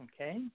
okay